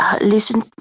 listen